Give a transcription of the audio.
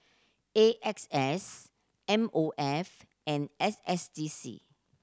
A X S M O F and S S D C